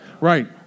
right